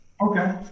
Okay